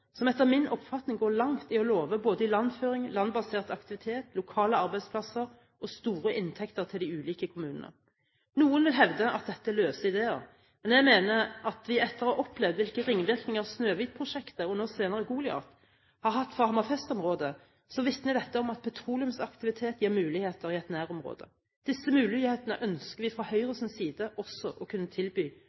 som etter min oppfatning går langt i å love både ilandføring, landbasert aktivitet, lokale arbeidsplasser og store inntekter til de ulike kommunene. Noen vil hevde at dette er løse ideer, men jeg mener at vi etter å ha opplevd hvilke ringvirkninger Snøhvit-prosjektet, og nå senere Goliat, har hatt for Hammerfest-området, vitner dette om at petroleumsaktivitet gir muligheter i et nærområde. Disse mulighetene ønsker vi fra Høyres side også å kunne tilby